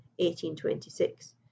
1826